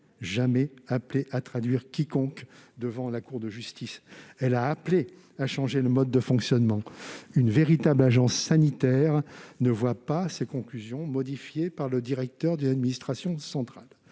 jamais -appelé à traduire quiconque devant une cour de justice. Elle a seulement appelé à changer un mode de fonctionnement : une véritable agence sanitaire ne voit pas ses conclusions modifiées par le directeur d'une administration centrale.